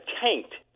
tanked